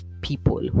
people